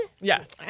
Yes